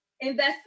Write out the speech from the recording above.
invest